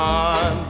on